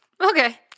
Okay